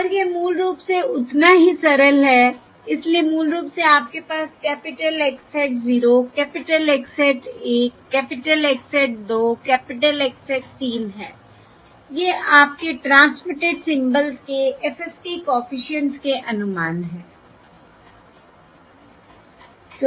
और यह मूल रूप से उतना ही सरल है इसलिए मूल रूप से आपके पास capital X hat 0 capital X hat 1 capital X hat 2 capital X hat 3 है ये आपके ट्रांसमिटेड सिम्बल्स के FFT कॉफिशिएंट्स के अनुमान हैं